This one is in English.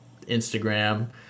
Instagram